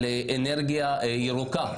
על אנרגיה ירוקה.